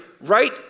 right